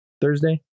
Thursday